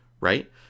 Right